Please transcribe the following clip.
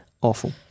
Awful